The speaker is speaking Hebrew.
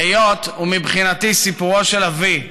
היות שמבחינתי סיפורו של אבי,